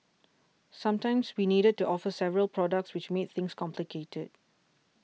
sometimes we needed to offer several products which made things complicated